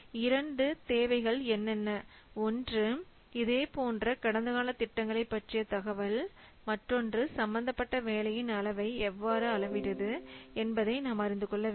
இரண்டு என்னென்ன தேவை ஒன்று இதே போன்ற கடந்தகால திட்டங்களைப் பற்றிய தகவல் மற்றொன்று சம்பந்தப்பட்ட வேலையின் அளவை எவ்வாறு அளவிடுவது என்பதை நாம் அறிந்து கொள்ள வேண்டும்